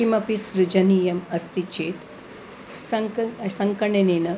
किमपि सृजनीयम् अस्ति चेत् सङ्क् सङ्गणकेन